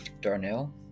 darnell